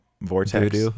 vortex